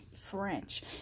French